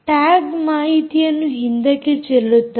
tag ಮಾಹಿತಿಯನ್ನು ಹಿಂದಕ್ಕೆ ಚೆಲ್ಲುತ್ತದೆ